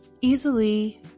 easily